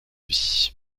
vie